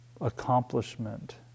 accomplishment